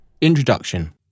Introduction